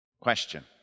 Question